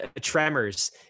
tremors